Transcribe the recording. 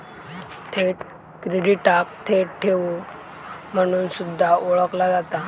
थेट क्रेडिटाक थेट ठेव म्हणून सुद्धा ओळखला जाता